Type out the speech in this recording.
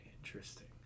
Interesting